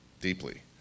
deeply